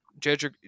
Jedrick